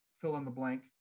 fill-in-the-blank